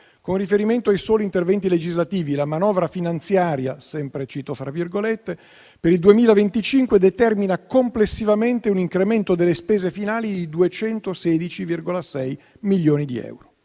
con riferimento ai soli interventi legislativi, la manovra finanziaria per il 2025 determina complessivamente un incremento delle spese finali di 216,6 milioni di euro.